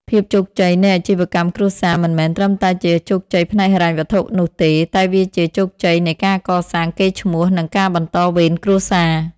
ភាពជោគជ័យនៃអាជីវកម្មគ្រួសារមិនមែនត្រឹមតែជាជោគជ័យផ្នែកហិរញ្ញវត្ថុនោះទេ តែវាជាជោគជ័យនៃការកសាងកេរ្តិ៍ឈ្មោះ និងការបន្តវេនគ្រួសារ។